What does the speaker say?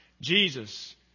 Jesus